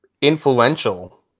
influential